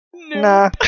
Nah